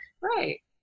Right